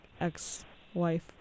ex-wife